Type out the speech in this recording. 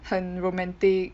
很 romantic